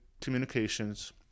communications